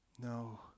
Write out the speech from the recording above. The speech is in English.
No